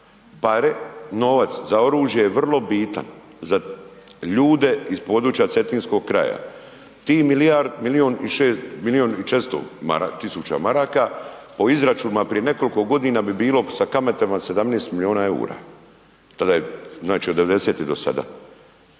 pare, novac za oružje je vrlo bitan za ljude iz područja Cetinskog kraja tih milijun i 400 000 maraka, po izračunima prije nekoliko godina bi bilo sa kamatama 17 milijuna eura, tada je znači od 90-te do sada